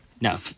no